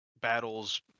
battles—